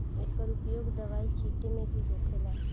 एकर उपयोग दवाई छींटे मे भी होखेला